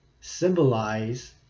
symbolize